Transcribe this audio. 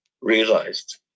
realized